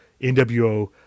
NWO